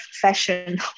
fashion